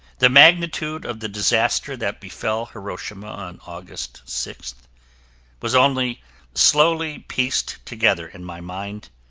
the magnitude of the disaster that befell hiroshima on august sixth was only slowly pieced together in my mind.